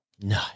No